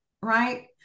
right